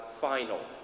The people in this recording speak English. final